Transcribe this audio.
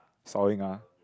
sawing ah